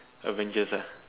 Avengers ya